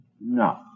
No